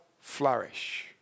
flourish